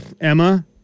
Emma